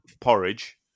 porridge